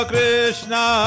Krishna